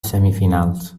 semifinals